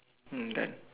hmm done